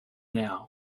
now